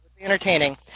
Entertaining